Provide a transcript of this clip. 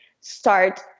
start